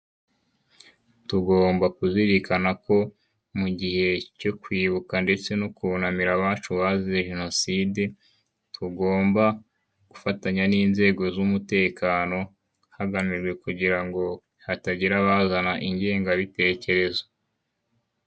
Tugomba kuzirikana ko mu gihe cyo kwibuka ndetse no kunamira abacu bazize Jenoside, tugomba gufatanya n'inzego z'umutekano, hagamijwe kugira ngo hatagira abazana ingenga bitekerezo.